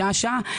שעה שעה,